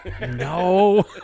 No